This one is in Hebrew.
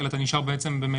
אלא אתה נשאר במלונית.